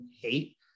hate